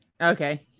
okay